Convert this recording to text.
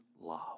love